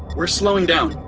we're slowing down.